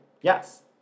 yes